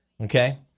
okay